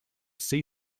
sea